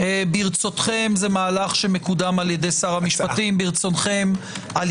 מי בעד הרביזיה ירים את